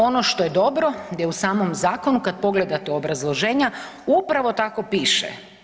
Ono što je dobro gdje u samom zakonu kada pogledate obrazloženja upravo tako piše.